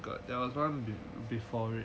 there was one before it